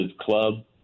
club